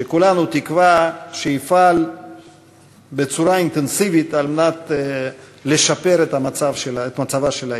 שכולנו תקווה שיפעל בצורה אינטנסיבית לשיפור מצבה של העיר.